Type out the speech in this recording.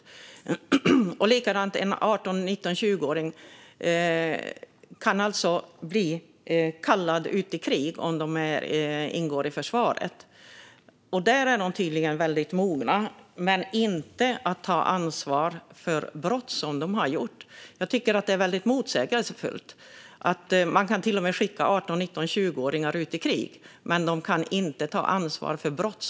Det är likadant med att 18-20-åringar kan kallas ut i krig om de ingår i försvaret. Då är de tydligen väldigt mogna, men de är inte mogna att ta ansvar för brott som de har begått. Jag tycker att det är väldigt motsägelsefullt att 18-20-åringar till och med kan skickas ut i krig men inte ta ansvar för sina brott.